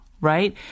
right